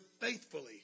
faithfully